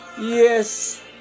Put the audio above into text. yes